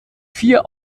vier